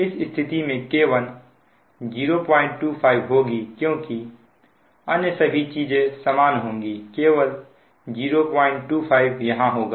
इस स्थिति में K1 025 होगी क्योंकि अन्य सभी चीजें समान होंगी केवल 025 यहां होगा